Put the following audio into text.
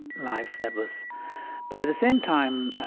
life. that was but at the same time,